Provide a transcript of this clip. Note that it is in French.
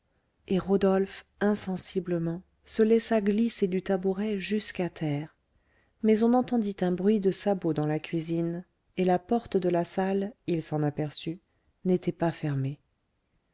et rodolphe insensiblement se laissa glisser du tabouret jusqu'à terre mais on entendit un bruit de sabots dans la cuisine et la porte de la salle il s'en aperçut n'était pas fermée